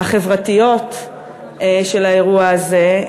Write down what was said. החברתיות של האירוע הזה,